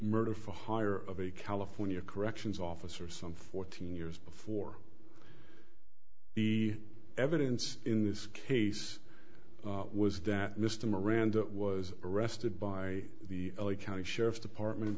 murder for hire of a california corrections officer some fourteen years before the evidence in this case was that mr miranda was arrested by the l a county sheriff's department